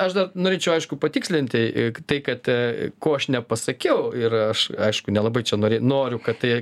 aš dar norėčiau aišku patikslinti tai kad tai ko aš nepasakiau ir aš aišku nelabai čia norė noriu kad tai